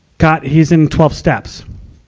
got, he's in twelve steps.